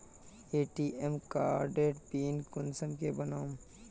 ATM कार्डेर pin कुंसम के बनाम?